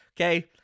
okay